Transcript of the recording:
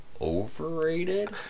overrated